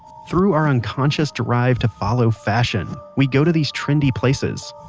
through our unconscious drive to follow fashion, we go to these trendy places.